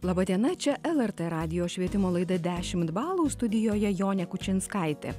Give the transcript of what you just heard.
laba diena čia lrt radijo švietimo laida dešimt balų studijoje jonė kučinskaitė